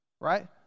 right